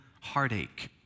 heartache